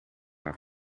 haar